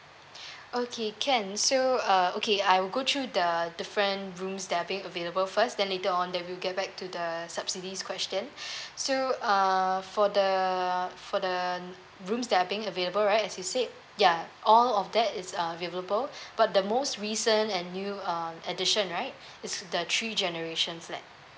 okay can so uh okay I will go through the different rooms that are being available first then later on then will get back to the subsidies question so uh for the for the rooms that are being available right as you said ya all of that is uh available but the most recent and new um edition right it's the three generations flat